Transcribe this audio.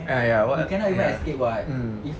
ah ya what ya mm